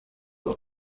auf